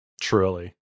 truly